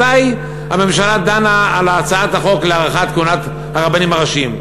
מתי הממשלה דנה על הצעת החוק להארכת כהונת הרבנים הראשיים,